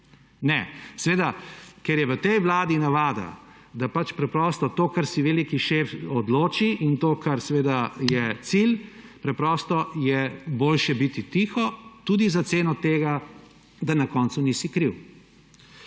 ker je v tej vladi navada, da pač preprosto to, kar se veliki šef odloči, in to, kar seveda je cilj, je preprosto boljše biti tiho; tudi za ceno tega, da na koncu nisi kriv.